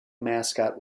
mascot